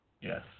Yes